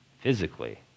physically